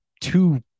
two